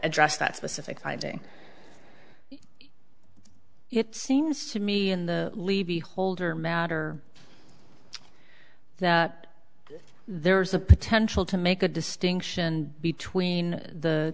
address that specific thing it seems to me in the levy holder matter that there is a potential to make a distinction between the